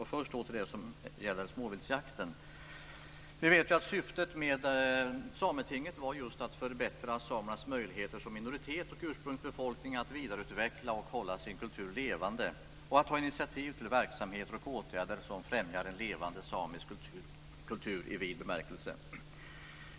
Först vill jag ta upp det som rör småviltsjakten. Syftet med Sametinget var just att förbättra samernas möjligheter som minoritet och ursprungsbefolkning att vidareutveckla och hålla sin kultur levande, kunna ta initiativ till verksamheter och åtgärder som främjar en levande samisk kultur i vid bemärkelse.